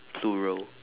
plural